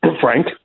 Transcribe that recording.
Frank